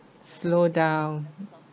slow down